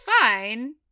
fine